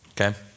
okay